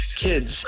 kids